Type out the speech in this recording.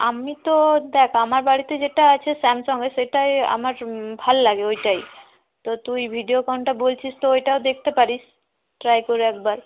আমি তো দেখ আমার বাড়িতে যেটা আছে স্যামসংয়ের সেটায় আমার ভালো লাগে ওইটাই তো তুই ভিডিওকনটা বলছিস তো ওইটাও দেখতে পারিস ট্রাই করে একবার